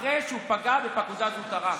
אחרי שהוא פגע בפקודה זוטרה.